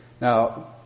Now